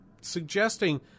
suggesting